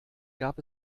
gab